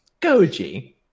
Goji